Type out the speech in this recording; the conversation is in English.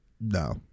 No